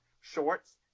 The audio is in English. Shorts